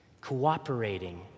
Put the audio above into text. Cooperating